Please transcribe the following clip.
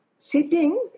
sitting